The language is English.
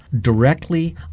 directly